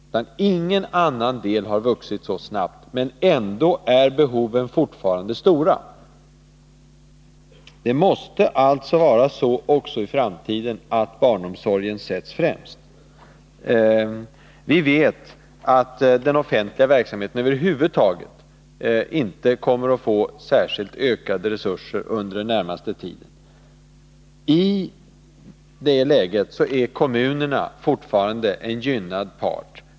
Ingen annan del har vuxit så snabbt — men ändå är behoven fortfarande stora. Det måste alltså vara så också i framtiden att barnomsorgen sätts främst. Vi vet att den offentliga verksamheten över huvud taget inte kommer att få särskilt mycket ökade resurser under den närmaste tiden. I det läget är kommunerna fortfarande en gynnad part.